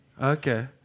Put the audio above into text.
Okay